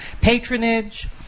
patronage